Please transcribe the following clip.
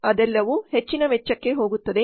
ಅದೆಲ್ಲವೂ ಹೆಚ್ಚಿನ ವೆಚ್ಚಕ್ಕೆ ಹೋಗುತ್ತದೆ